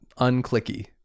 unclicky